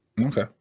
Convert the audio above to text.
Okay